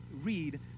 read